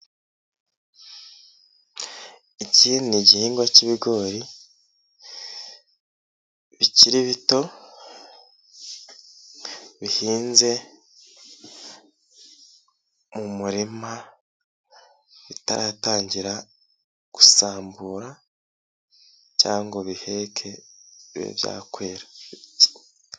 Iki ni igihingwa k'ibigori bikiri bito bihinze mu murima bitaratangira gusambura cyangwa biheke bibe byakwera.